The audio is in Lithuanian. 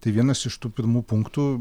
tai vienas iš tų pirmų punktų